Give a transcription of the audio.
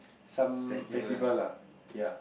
some festival lah ya